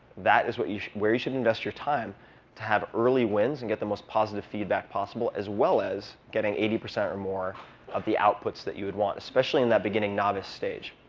that is where you where you should invest your time to have early wins and get the most positive feedback possible, as well as getting eighty percent or more of the outputs that you would want, especially in that beginning novice stage.